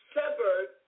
severed